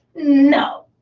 no.